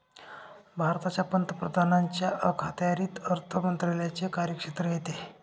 भारताच्या पंतप्रधानांच्या अखत्यारीत अर्थ मंत्रालयाचे कार्यक्षेत्र येते